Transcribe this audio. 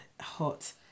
hot